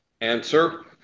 Answer